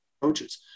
coaches